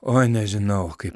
oi nežinau kaip